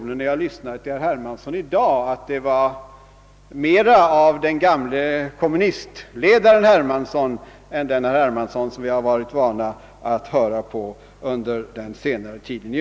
När jag lyssnade till herr Hermansson i dag gjorde jag den reflexionen att vi nu fick se mera av den gamle kommunistledaren Hermansson än av den herr Hermansson som vi varit vana vid under senare tid.